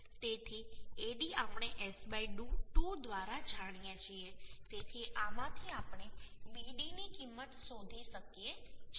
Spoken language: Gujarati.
તેથી AD આપણે S 2 દ્વારા જાણીએ છીએ તેથી આમાંથી આપણે BD ની કિંમત શોધી શકીએ છીએ